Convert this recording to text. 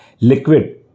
Liquid